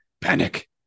panic